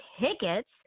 Tickets